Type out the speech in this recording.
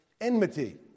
enmity